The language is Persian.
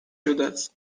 شدس